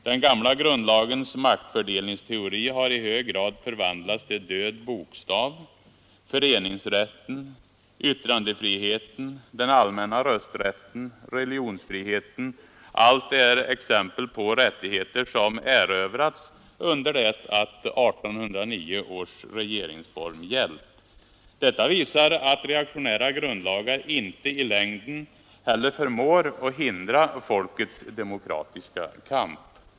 Den gamla grundlagens maktfördelningsteori har i hög grad förvandlats till död bokstav. Föreningsrätten, yttrandefriheten, den allmänna rösträtten, religionsfriheten, allt är exempel på rättigheter som erövrats under det att 1809 års regeringsform gällt. Detta visar att reaktionära grundlagar inte i längden heller förmår hindra folkets demokratiska kamp.